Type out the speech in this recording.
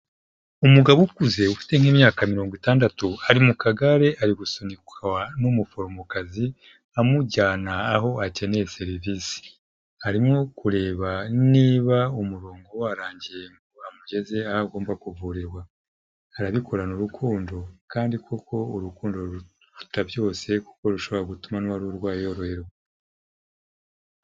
Umugabo ukuze ufite nk'imyaka mirongo itandatu, ari mu kagare ari gusunikwa n'umuforomokazi amujyana aho akeneye serivisi, arimo kureba niba umurongo warangiye ngo amugeze aho agomba kuvurirwa, arabikorana urukundo kandi koko urukundo ruruta byose, kuko rushobora gutuma n'uwari urwaye yoroherwa.